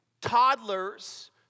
Toddlers